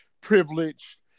privileged